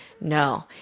no